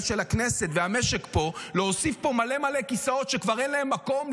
של הכנסת והמשק פה להוסיף פה מלא מלא כיסאות שכבר אין להם מקום,